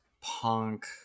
punk